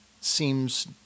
seems